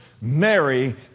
Mary